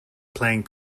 playing